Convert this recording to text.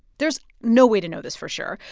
there's no way to know this for sure,